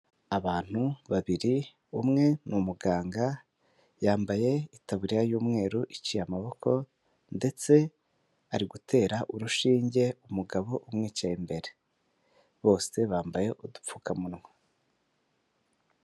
Abantu babiri umwe ni umuganga yambaye itaburiya y'umweru iciye amaboko ndetse ari gutera urushinge umugabo umwicaye imbere bose bambaye udupfukamunwa.